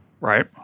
right